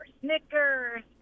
Snickers